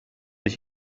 ich